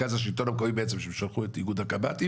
משרד השלטון המקומי בעצם שהם שולחים את ארגון הקב"טים,